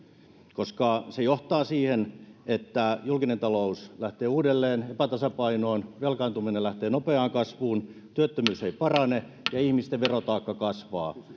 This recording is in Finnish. koska se johtaa siihen että julkinen talous lähtee uudelleen epätasapainoon velkaantuminen lähtee nopeaan kasvuun työttömyys ei parane ja ihmisten verotaakka kasvaa